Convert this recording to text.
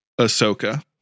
ahsoka